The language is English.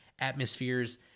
atmospheres